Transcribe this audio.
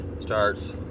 starts